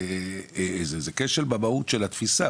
זה כשל במהות של התפיסה.